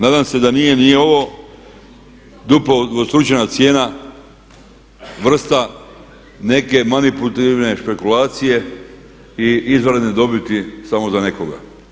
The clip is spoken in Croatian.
Nadam se da nije ni ovo duplo udvostručena cijena, vrsta neke manipulativne špekulacije i izvanredne dobiti samo za nekoga.